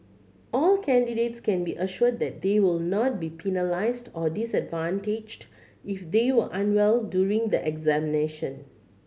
all candidates can be assured that they will not be penalised or disadvantaged if they were unwell during the examination